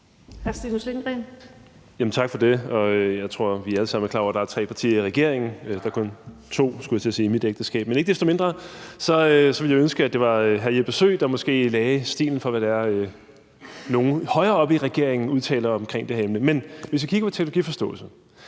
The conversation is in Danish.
Tak for det. Jeg tror, at vi alle sammen er klar over, at der er tre partier i regeringen – der er kun to, skulle jeg til at sige, i mit ægteskab – men ikke desto mindre ville jeg ønske, at det var hr. Jeppe Søe, der måske lagde stilen for, hvad det er, nogle højere op i regeringen udtaler omkring det her emne. Men hvis vi kigger på teknologiforståelse,